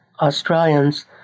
Australians